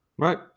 Right